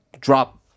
drop